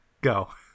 go